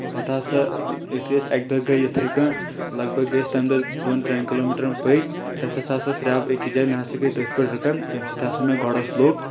پتہٕ ہسا یُتھُے أسۍ اکہِ دۄہ گٔے یِتھٕے کٔنۍ لگ بگ گٔیے أسۍ تَمہِ دۄہ دۄن ترٛؠن کِلوٗمیٖٹرن پٔکۍ تتہِ ہسا ہسا رؠب أکِس جایہِ مےٚ ہسا گٔے تٔتھۍ پؠٹھ رٕکن ییٚمہِ سۭتۍ ہسا مےٚ گۄڈس لوٚگ